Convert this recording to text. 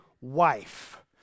wife